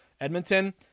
Edmonton